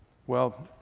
well,